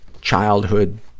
childhood